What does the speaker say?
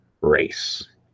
race